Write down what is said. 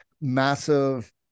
massive